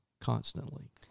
constantly